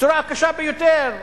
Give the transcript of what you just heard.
בצורה הקשה ביותר,